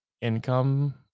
income